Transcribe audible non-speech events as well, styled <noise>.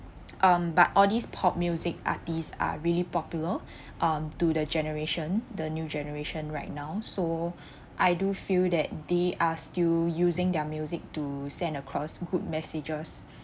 <noise> um but all these pop music artists are really popular um to the generation the new generation right now so I do feel that they are still using their music to send across good messages